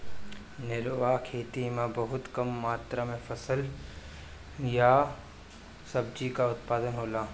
निर्वाह खेती में बहुत कम मात्र में फसल या सब्जी कअ उत्पादन होला